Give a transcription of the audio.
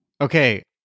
Okay